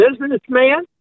businessman